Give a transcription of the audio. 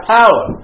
power